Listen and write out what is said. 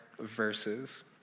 verses